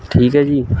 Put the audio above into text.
ਠੀਕ ਹੈ ਜੀ